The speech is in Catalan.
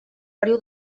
riu